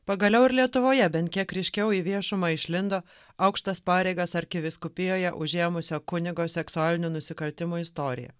pagaliau ir lietuvoje bent kiek ryškiau į viešumą išlindo aukštas pareigas arkivyskupijoje užėmusio kunigo seksualinių nusikaltimų istorija